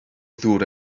ddŵr